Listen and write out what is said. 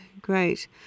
great